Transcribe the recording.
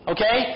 Okay